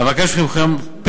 אבקש מכם לאשר,